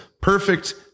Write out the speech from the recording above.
perfect